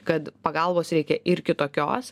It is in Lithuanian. kad pagalbos reikia ir kitokios